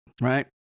right